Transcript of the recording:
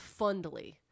Fundly